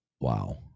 wow